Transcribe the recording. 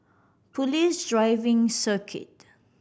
Police Driving Circuit